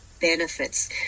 benefits